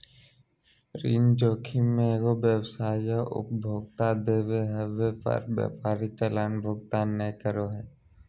ऋण जोखिम मे एगो व्यवसाय या उपभोक्ता देय होवे पर व्यापारी चालान के भुगतान नय करो हय